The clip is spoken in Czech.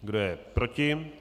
Kdo je proti?